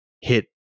hit